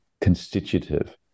constitutive